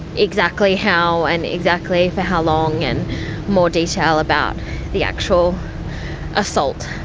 exactly how and exactly for how long and more detail about the actual assault.